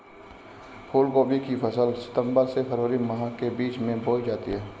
फूलगोभी की फसल सितंबर से फरवरी माह के बीच में बोई जाती है